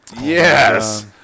Yes